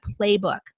playbook